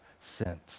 sent